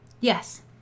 Yes